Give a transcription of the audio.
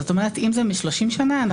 אם זה מ-30 שנה,